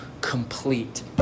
complete